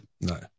no